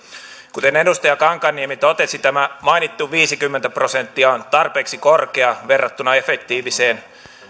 kuten edustaja kankaanniemi totesi tämä mainittu viisikymmentä prosenttia on tarpeeksi korkea verrattuna efektiiviseen